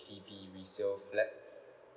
H_D_B resale flat